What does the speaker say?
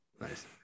Nice